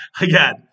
Again